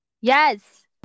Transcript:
Yes